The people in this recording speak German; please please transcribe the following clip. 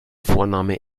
vorname